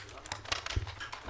הישיבה ננעלה בשעה